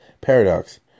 paradox